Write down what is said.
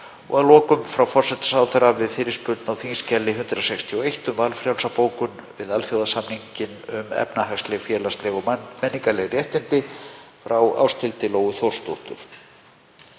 og að lokum frá forsætisráðherra við fyrirspurn á þskj. 161, um valfrjálsa bókun við alþjóðasamninginn um efnahagsleg, félagsleg og menningarleg réttindi, frá Ásthildi Lóu Þórsdóttur.